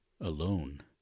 alone